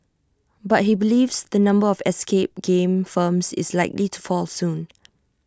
but he believes the number of escape game firms is likely to fall soon